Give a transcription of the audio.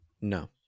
No